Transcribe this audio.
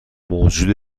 موجود